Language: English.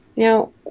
Now